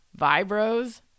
Vibros